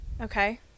Okay